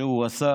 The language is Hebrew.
שהוא עשה.